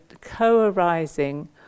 co-arising